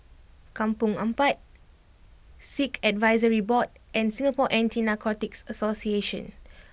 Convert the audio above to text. Kampong Ampat Sikh Advisory Board and Singapore Anti Narcotics Association